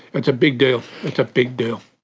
it's a big deal, it's a big deal.